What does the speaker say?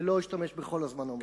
ולא אשתמש בכל הזמן העומד לרשותי.